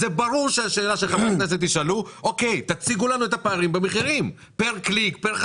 ברור שחברי כנסת יבקשו להציג את הפערים במחירים פר-חשיפה,